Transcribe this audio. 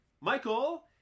Michael